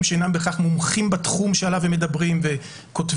שאינם בהכרח מומחים בתחום שעליו הם מדברים וכותבים,